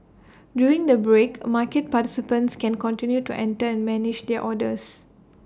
during the break market participants can continue to enter and manage their orders